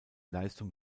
leistung